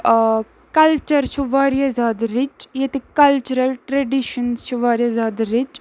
culture چھُ واریاہ زیادٕ رِچ ییٚتِکۍ کَلچِرَل ٹرٛٮ۪ڈِشںٕز چھِ واریاہ زیادٕ رِچ